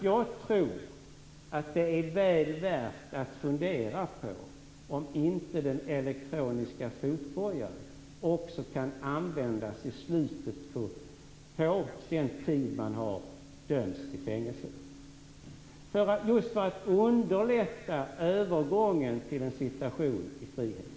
Jag tror att det är väl värt att fundera på om inte den elektroniska fotbojan också kan användas i slutet av det utdömda fängelsestraffet just för att underlätta övergången till en situation i frihet.